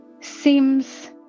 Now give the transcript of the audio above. seems